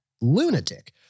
lunatic